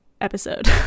episode